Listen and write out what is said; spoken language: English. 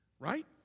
Right